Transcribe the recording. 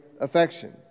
affection